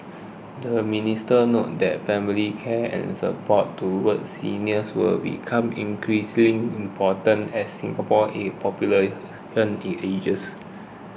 the minister noted that family care and support towards seniors will become increasingly important as Singapore ages